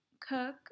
cook